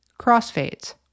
Crossfades